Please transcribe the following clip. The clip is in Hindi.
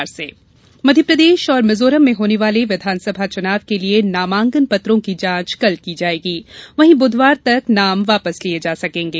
नामांकन जांच मध्यप्रदेश और भिजोरम में होने वाले विधानसभा चुनाव के लिये नामांकन पत्रों की जांच कल की जायेगी वहीं ब्र्धवार तक नाम वापस लिये जा सकेंगे